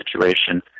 situation